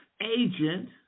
agent